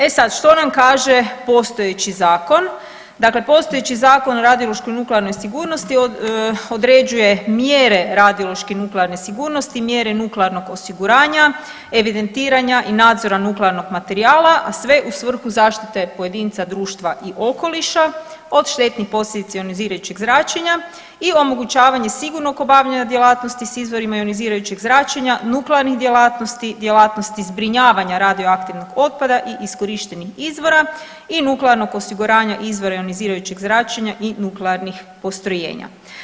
E sad što nam kaže postojeći zakon, dakle postojeći Zakon o radiološkoj i nuklearnoj sigurnosti određuje mjere radiološke i nuklearne sigurnosti, mjere nuklearnog osiguranja, evidentiranja i nadzora nuklearnog materijala, a sve u svrhu zaštite pojedinca, društva i okoliša od štetnih posljedica ionizirajućeg zračenja i omogućavanje sigurnog obavljanja djelatnosti s izvorima ionizirajućeg zračenja, nuklearnih djelatnosti, djelatnosti zbrinjavanja radioaktivnog otpada i iskorištenih izvora i nuklearnog osiguranja izvora ionizirajućeg zračenja i nuklearnih postrojenja.